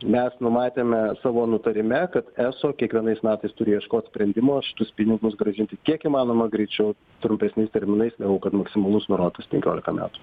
mes numatėme savo nutarime kad eso kiekvienais metais turi ieškot sprendimo šitus pinigus grąžinti kiek įmanoma greičiau trumpesniais terminais kad maksimalus nurodytas penkiolika metų